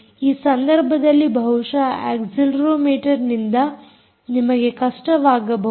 ಈ ಸಂದರ್ಭದಲ್ಲಿ ಬಹುಶಃ ಅಕ್ಸೆಲೆರೋಮೀಟರ್ನಿಂದ ನಿಮಗೆ ಕಷ್ಟವಾಗಬಹುದು